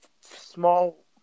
small